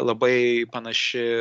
labai panaši